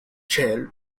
chair